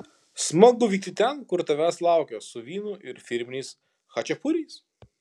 smagu vykti ten kur tavęs laukia su vynu ir firminiais chačiapuriais